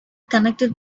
connected